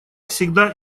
всегда